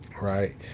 right